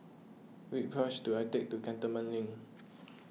which bus should I take to Cantonment Link